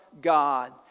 God